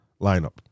lineup